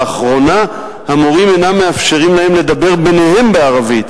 באחרונה המורים אינם מאפשרים להם לדבר ביניהם בערבית";